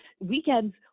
weekends